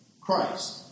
Christ